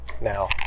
now